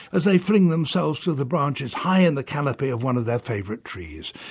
as they fling themselves to the branches high in the canopy of one of their favourite trees.